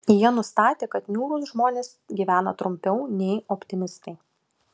jie nustatė kad niūrūs žmonės gyvena trumpiau nei optimistai